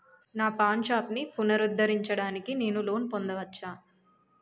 నా పాన్ షాప్ని పునరుద్ధరించడానికి నేను లోన్ పొందవచ్చా?